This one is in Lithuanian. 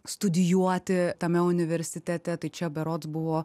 studijuoti tame universitete tai čia berods buvo